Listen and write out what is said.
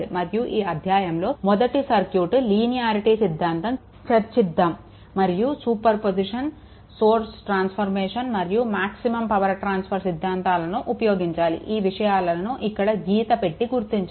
మరియు ఈ అధ్యాయంలో మొదట సర్క్యూట్ లీనియారిటీ సిద్ధాంతం చర్చిద్దాము మరియు సూపర్ పొజిషన్ సోర్స్ ట్రాన్స్ఫర్మేషన్ మరియు మాక్సిమమ్ పవర్ ట్రాన్సఫర్ సిద్ధాంతాలను ఉపయోగించాలి ఈ విషయాలను ఇక్కడ గీత పెట్టి గుర్తించాను